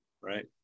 Right